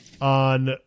on